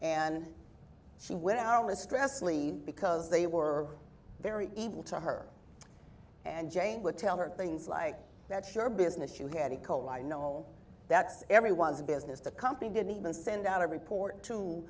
and she went out on a stress leave because they were very evil to her and jane would tell her things like that sure business you had a cold i know that's everyone's business the company didn't even send out a report to